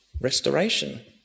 restoration